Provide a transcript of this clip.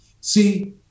see